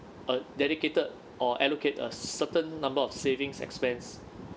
a dedicated or allocate a certain number of savings expense